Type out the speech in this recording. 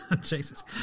Jesus